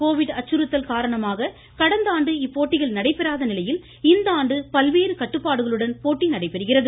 Covid அச்சுறுத்தல் காரணமாக கடந்த நடைபெறாத நிலையில் இந்த ஆண்டு பல்வேறு கட்டுப்பாடுகளுடன் போட்டி நடைபெறுகிறது